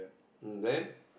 mm then